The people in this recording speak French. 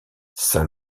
saint